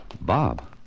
Bob